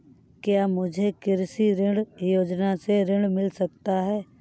क्या मुझे कृषि ऋण योजना से ऋण मिल सकता है?